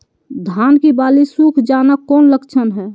धान की बाली सुख जाना कौन लक्षण हैं?